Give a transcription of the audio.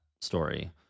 story